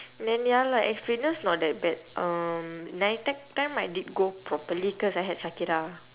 then ya lah X fitness not that bad um NITEC time I did go properly cause I had shakira